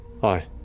Hi